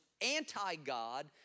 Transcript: Anti-God